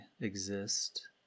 exist